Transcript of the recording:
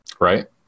Right